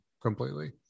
completely